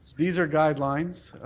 these are guidelines,